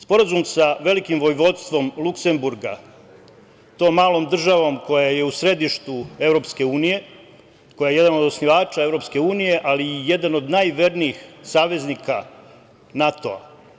Sporazum sa Velikim vojvodstvom Luksemburga, to malom državom koja je u središtu EU, koja je jedan od osnivača EU ali i jedan od najvernijih saveznika NATO.